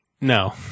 no